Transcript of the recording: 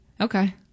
Okay